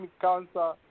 cancer